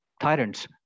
tyrants